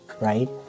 right